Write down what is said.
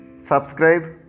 subscribe